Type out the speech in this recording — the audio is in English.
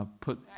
put